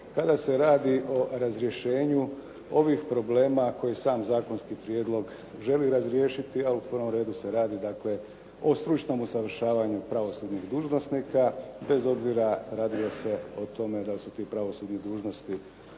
kada se radi o razrješenju ovih problema koji sam zakonski prijedlog želi razriješiti, a u prvom redu se radi dakle o stručnom usavršavanju pravosudnih dužnosnika bez obzira radi li se o tome da li su ti pravosudni dužnosti